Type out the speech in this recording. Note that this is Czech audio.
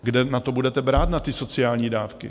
Kde na to budete brát, na ty sociální dávky?